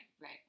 right